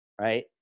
right